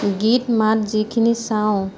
গীত মাত যিখিনি চাওঁ